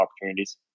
opportunities